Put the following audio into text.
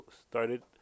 started